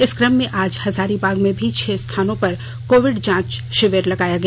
इस कम में आज हजारीबाग में भी छह स्थानों पर कोविड जांच शिविर लगाया गया